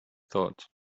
thought